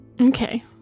Okay